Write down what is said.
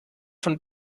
von